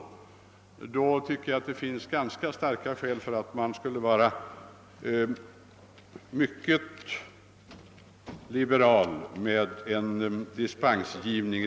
Jag tycker därför att det i detta fall skulle finnas ganska starka skäl för en mycket liberal dispensgivning.